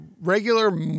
regular